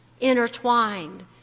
intertwined